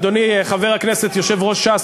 אדוני חבר הכנסת יושב-ראש ש"ס,